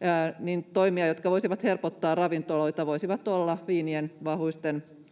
— Toimia, jotka voisivat helpottaa ravintoloita, voisivat olla viinien vahvuisten